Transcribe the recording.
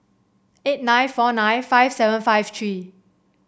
eight nine four nine five seven five three